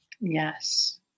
Yes